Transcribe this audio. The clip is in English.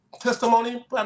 Testimony